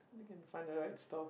you can find the right stuff